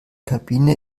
kabine